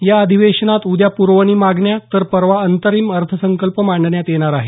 या अधिवेशनात उद्या पुरवणी मागण्या तर परवा अंतरिम अर्थसंकल्प मांडण्यात येणार आहे